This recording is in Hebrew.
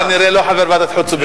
אתה כנראה לא חבר ועדת החוץ והביטחון.